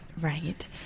Right